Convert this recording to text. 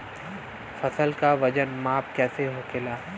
फसल का वजन माप कैसे होखेला?